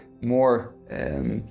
more